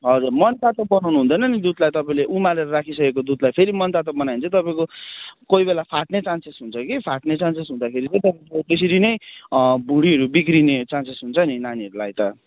हजुर मन तातो बनाउनु हुँदैन नि तपाईँले उमालेर राखिसकेको दुधलाई फेरि मन तातो बनायो भने चाहिँ तपाईँको कोही बेला फाट्ने चान्सेस हुन्छ कि फाट्ने चान्सेस हुँदाखेरि पनि तपाईँको त्यसरी नै भुँडीहरू बिग्रिने चान्सेस हुन्छ नि नानीहरूलाई त